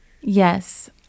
Yes